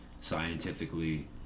scientifically